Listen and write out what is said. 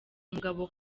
umugabo